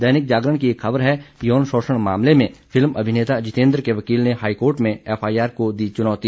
दैनिक जागरण की एक खबर है यौन शोषण मामले में फिल्म अभिनेता जीतेंद्र के वकील ने हाईकोर्ट में एफआईआर को दी चुनौती